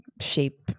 shape